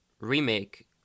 remake